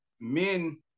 men